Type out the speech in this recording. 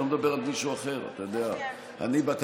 אני לא מדבר על מישהו אחר,